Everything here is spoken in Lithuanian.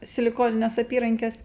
silikonines apyrankes